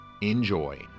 Enjoy